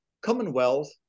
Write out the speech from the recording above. Commonwealth